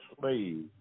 slave